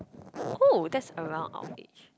who that's around our age